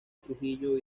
trujillo